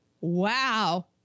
wow